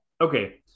Okay